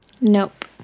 Nope